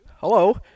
Hello